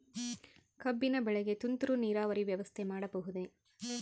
ಕಬ್ಬಿನ ಬೆಳೆಗೆ ತುಂತುರು ನೇರಾವರಿ ವ್ಯವಸ್ಥೆ ಮಾಡಬಹುದೇ?